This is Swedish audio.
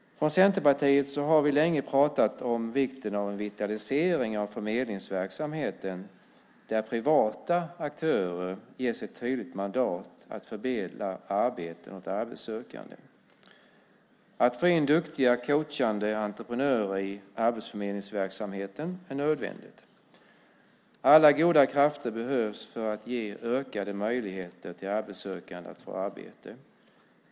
Från Centerpartiets sida har vi länge pratat om vikten av en vitalisering av förmedlingsverksamheten där privata aktörer ges ett tydligt mandat att förmedla arbete till arbetssökande. Att få in duktiga coachande entreprenörer i arbetsförmedlingsverksamheten är nödvändigt. Alla goda krafter behövs för att ge ökade möjligheter för arbetssökande att få arbete.